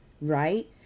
right